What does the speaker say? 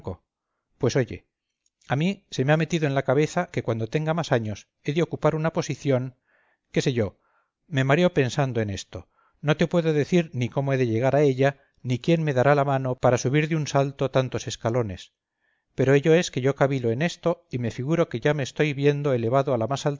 pues oye a mí se me ha metido en la cabeza que cuando tenga más años he de ocupar una posición qué sé yo me mareo pensando en esto no te puedo decir ni cómo he de llegar a ella ni quién me dará la mano para subir de un salto tantos escalones pero ello es que yo cavilo en esto y me figuro que ya me estoy viendo elevado a la más